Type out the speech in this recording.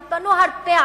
הם פנו הרבה,